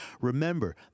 Remember